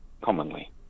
commonly